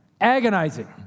agonizing